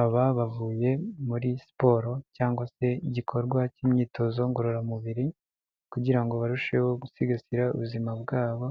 Aba bavuye muri siporo cyangwa se igikorwa cy'imyitozo ngororamubiri, kugira ngo barusheho gusigasira ubuzima bwabo,